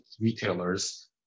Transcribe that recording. retailers